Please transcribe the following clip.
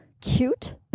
cute